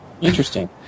interesting